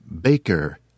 baker